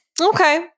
okay